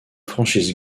franchise